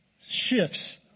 shifts